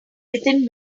within